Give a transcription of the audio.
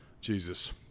Jesus